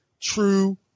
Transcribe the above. true